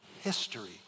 history